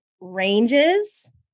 ranges